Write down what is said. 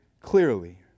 clearly